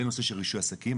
לנושא של רישוי עסקים,